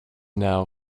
now